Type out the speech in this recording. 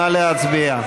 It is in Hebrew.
עליזה לביא,